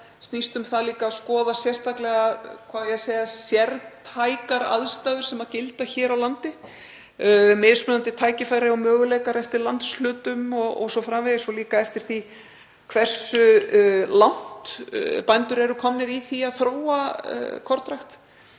snýst um það líka að skoða sérstaklega sértækar aðstæður sem gilda hér á landi, mismunandi tækifæri og möguleika eftir landshlutum o.s.frv. og líka eftir því hversu langt bændur eru komnir í að þróa kornrækt.